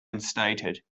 instated